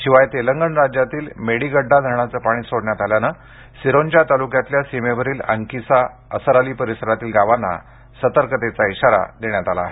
शिवाय तेलंगणा राज्यातील मेडिगड्डा धरणाचं पाणी सोडण्यात आल्यानं सिरोंचा तालुक्याच्या सीमेवरील अंकिसा असरअली परिसरातील गावांना सतर्कतेचा इशारा देण्यात आला आहे